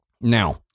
Now